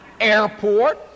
airport